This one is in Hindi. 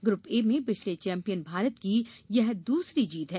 ग्रूप ए में पिछले चैम्पियन भारत की यह दूसरी जीत है